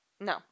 no